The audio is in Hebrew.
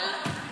לא.